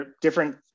different –